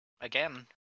Again